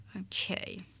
Okay